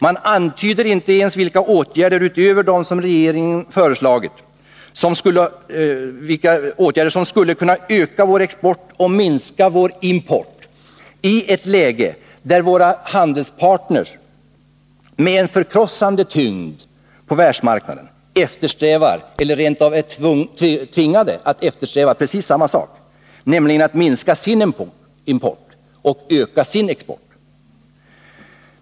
Man antyder inte ens vilka åtgärder utöver dem som regeringen föreslagit som skulle kunna öka vår export och minska vår import i ett läge där våra handelspartner med en förkrossande tyngd på världsmarknaden eftersträvar — eller rent av är tvingade att eftersträva — precis samma sak, nämligen att minska sin import och öka sin export.